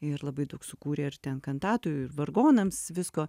ir labai daug sukūrė ir ten kantatų ir vargonams visko